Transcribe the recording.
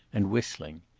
and whistling.